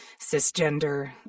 cisgender